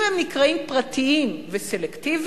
אם הם נקראים פרטיים וסלקטיביים,